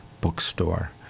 Bookstore